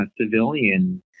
civilian